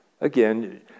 again